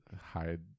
hide